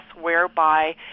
whereby